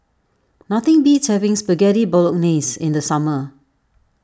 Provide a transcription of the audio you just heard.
nothing beats having Spaghetti Bolognese in the summer